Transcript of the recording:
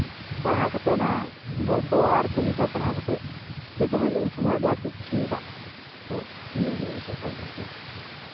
ᱯᱟᱲᱦᱟᱣ ᱠᱟᱛᱮᱫ ᱚᱱᱟ ᱜᱚᱞᱯᱚ ᱟᱨ ᱠᱚᱵᱤᱛᱟ ᱯᱟᱲᱦᱟᱣ ᱠᱟᱛᱮᱫ ᱡᱚᱛᱚ ᱦᱚᱲᱜᱮ ᱩᱱ ᱥᱚᱢᱚᱭ ᱟᱹᱰᱤ ᱟᱸᱴ ᱠᱚ ᱠᱩᱥᱤᱭᱟᱠᱟᱜ ᱛᱟᱦᱮᱱᱟ ᱛᱚ ᱱᱤᱭᱟᱹᱜᱮ ᱤᱧ ᱥᱮᱡ ᱠᱷᱚᱱᱫᱚ